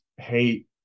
Hate